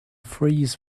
freeze